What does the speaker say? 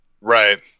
Right